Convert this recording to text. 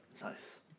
Nice